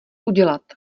udělat